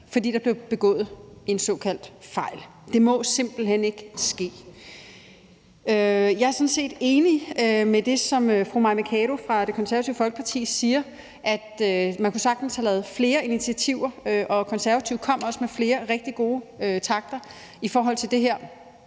fordi der blev begået en såkaldt fejl. Det må simpelt hen ikke ske. Jeg er sådan set enig i det, som fru Mai Mercado fra Det Konservative Folkeparti siger, nemlig at man sagtens kunne have lavet flere initiativer, og Konservative kom også med flere rigtig gode takter i forhold til det her.